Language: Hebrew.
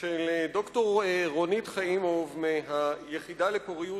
של ד"ר רונית חיימוב מהיחידה לפוריות